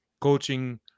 coaching